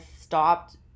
stopped